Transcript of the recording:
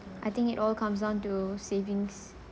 I think it all comes down to savings